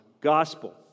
gospel